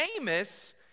Amos